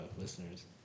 listeners